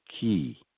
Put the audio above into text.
key